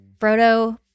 Frodo